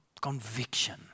conviction